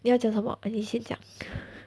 你要讲什么 ah 你先讲